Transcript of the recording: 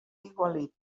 aigualit